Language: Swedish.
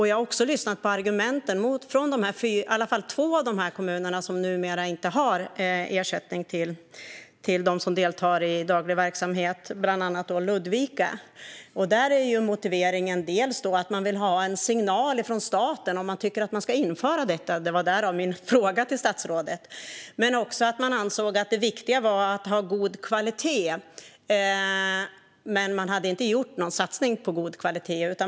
Jag har också lyssnat på argumenten från i alla fall två av de kommuner som numera inte har ersättning till dem som deltar i daglig verksamhet, bland annat Ludvika. Där är motiveringen dels att man vill ha en signal från staten om att staten tycker att man ska införa detta - därav min fråga till statsrådet -, dels att man anser att det viktiga är att ha god kvalitet. Dock hade man inte gjort någon satsning på god kvalitet.